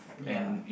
ya